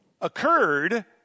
occurred